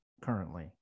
currently